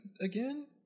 again